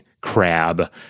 crab